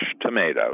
tomatoes